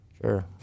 Sure